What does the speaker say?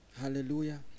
Hallelujah